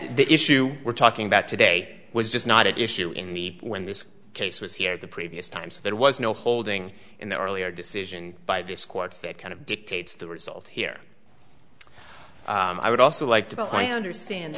the issue we're talking about today was just not at issue in the when this case was here the previous time so there was no holding in the earlier decision by this court fit kind of dictates the result here i would also like to apply understand